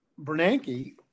Bernanke